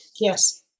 Yes